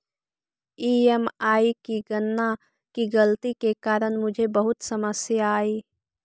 EMI की गणना की गलती के कारण मुझे बहुत समस्या आई